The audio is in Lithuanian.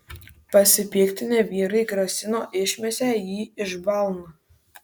pasipiktinę vyrai grasino išmesią jį iš balno